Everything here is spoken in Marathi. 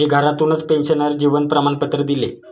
मी घरातूनच पेन्शनर जीवन प्रमाणपत्र दिले